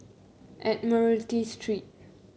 Admiralty Street